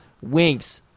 Winks